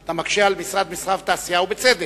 אתה מקשה על משרד התעשייה, המסחר והתעסוקה, ובצדק,